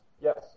Yes